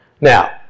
now